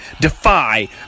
Defy